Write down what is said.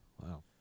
Wow